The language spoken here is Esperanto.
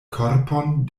korpon